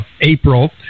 April